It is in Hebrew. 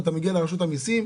אתה מגיע לרשות המיסים,